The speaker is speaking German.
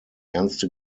ernste